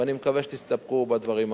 ואני מקווה שתסתפקו בדברים האלה.